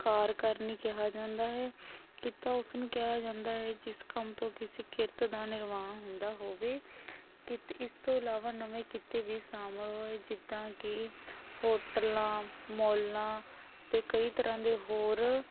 ਕਾਰ ਕਰਨੀ ਕਿਹਾ ਜਾਂਦਾ ਹੈ ਕਿੱਤਾ ਉਸ ਨੂੰ ਕਿਹਾ ਜਾਂਦਾ ਹੈ ਜਿਸ ਕੰਮ ਤੋਂ ਕਿਸੇ ਕਿਰਤ ਦਾ ਨਿਰਮਾਣ ਹੁੰਦਾ ਹੋਵੇ ਕਿਰਤ ਇਸ ਤੋਂ ਇਲਾਵਾ ਨਵੇਂ ਕਿੱਤੇ ਵੀ ਸ਼ਾਮਲ ਹੋਏ ਜਿੱਦਾਂ ਕਿ ਹੋਟਲਾਂ ਮੌਲਾਂ ਅਤੇ ਕਈ ਤਰ੍ਹਾਂ ਦੇ ਹੋਰ